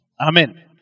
Amen